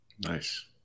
Nice